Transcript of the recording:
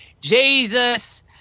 Jesus